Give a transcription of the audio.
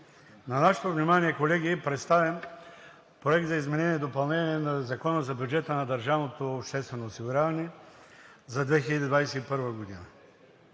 На нашето внимание, колеги, е представен Проект за изменение и допълнение на Закона за бюджета на държавното обществено осигуряване за 2021 г.